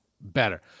better